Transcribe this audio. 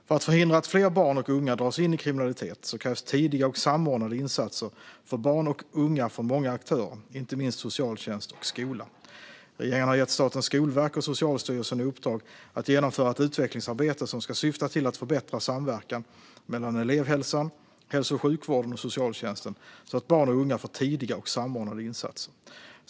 För att förhindra att fler barn och unga dras in i kriminalitet krävs tidiga och samordnade insatser för barn och unga från många aktörer, inte minst socialtjänst och skola. Regeringen har gett Statens skolverk och Socialstyrelsen i uppdrag att genomföra ett utvecklingsarbete som ska syfta till att förbättra samverkan mellan elevhälsan, hälso och sjukvården och socialtjänsten så att barn och unga får tidiga och samordnade insatser.